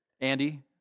Andy